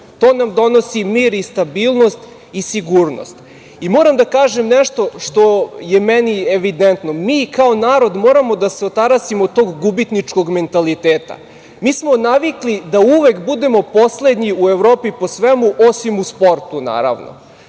To nam donosi mir i stabilnost i sigurnost. Moram da kažem nešto što je meni evidentno. Mi kao narod moramo da se otarasimo tog gubitničkog mentaliteta. Mi smo navikli da uvek budemo poslednji u Evropi po svemu, osim u sportu, naravno.